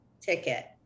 ticket